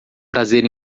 prazer